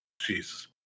Jesus